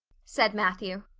said matthew,